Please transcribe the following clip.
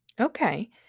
Okay